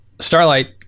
Starlight